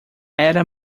era